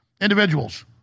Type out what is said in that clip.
individuals